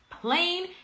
Plain